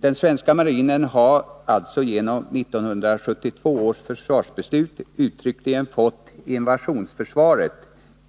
Den svenska marinen har alltså genom 1972 års försvarsbeslut uttryckligen fått invasionsskyddet